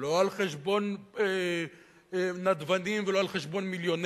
לא על חשבון נדבנים ולא על חשבון מיליונרים,